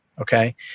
Okay